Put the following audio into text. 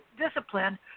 discipline